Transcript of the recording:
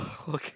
okay